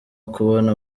ukubona